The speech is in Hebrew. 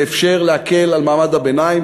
שאפשר להקל על מעמד הביניים,